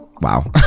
Wow